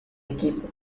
equipo